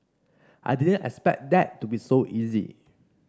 I didn't expect that to be so easy